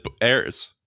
airs